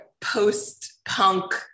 post-punk